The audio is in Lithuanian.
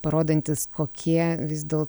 parodantis kokie vis dėl